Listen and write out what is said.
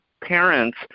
parents –